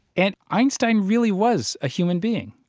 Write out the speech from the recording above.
and einstein really was a human being,